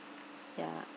ya